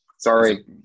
Sorry